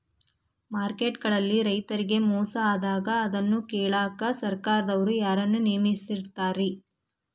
Market ಗಳಲ್ಲಿ ರೈತರಿಗೆ ಮೋಸ ಆದಾಗ ಅದನ್ನ ಕೇಳಾಕ್ ಸರಕಾರದವರು ಯಾರನ್ನಾ ನೇಮಿಸಿರ್ತಾರಿ?